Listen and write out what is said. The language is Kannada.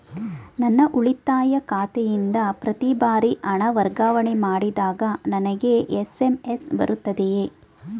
ನನ್ನ ಉಳಿತಾಯ ಖಾತೆಯಿಂದ ಪ್ರತಿ ಬಾರಿ ಹಣ ವರ್ಗಾವಣೆ ಮಾಡಿದಾಗ ನನಗೆ ಎಸ್.ಎಂ.ಎಸ್ ಬರುತ್ತದೆಯೇ?